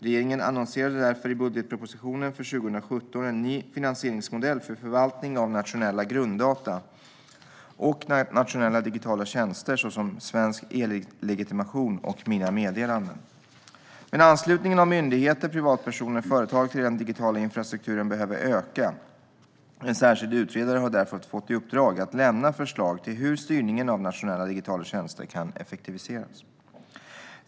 Regeringen annonserade därför i budgetpropositionen för 2017 en ny finansieringsmodell för förvaltningen av nationella grunddata och nationella digitala tjänster såsom Svensk e-legitimation och Mina meddelanden. Men anslutningen av myndigheter, privatpersoner och företag till den digitala infrastrukturen behöver öka. En särskild utredare har därför fått i uppdrag att lämna förslag till hur styrningen av nationella digitala tjänster kan effektiviseras.